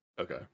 Okay